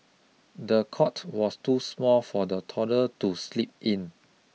the cot was too small for the toddler to sleep in